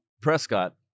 prescott